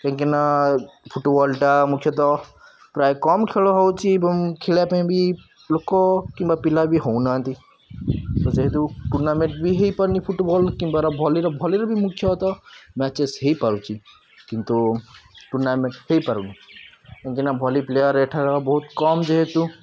କାଇଁକିନା ଫୁଟ୍ବଲ୍ଟା ମୁଖ୍ୟତଃ ପ୍ରାୟ କମ୍ ଖେଳ ହେଉଛି ଏବଂ ଖେଳିବା ପାଇଁ ବି ଲୋକ କିମ୍ବା ପିଲା ବି ହେଉନାହାନ୍ତି ତ ଯେହେତୁ ଟୁର୍ଣ୍ଣମେଣ୍ଟ୍ ବି ହୋଇପାରୁନି ଫୁଟ୍ବଲ୍ କିମ୍ବାର ଭଲିର ଭଲିର ମୁଖ୍ୟତଃ ମ୍ୟାଚେସ୍ ହୋଇପାରୁଛି କିନ୍ତୁ ଟୁର୍ଣ୍ଣାମେଣ୍ଟ୍ ହୋଇପାରୁନି କାହିଁକିନା ଭଲି ପ୍ଲେୟାର୍ ଏଠାରେ ବହୁତ କମ୍ ଯେହେତୁ